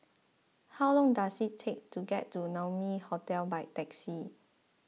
how long does it take to get to Naumi Hotel by taxi